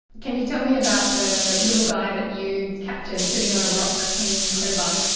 can you tell me about the little guy that you captured sitting on a rock in hobart?